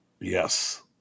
Yes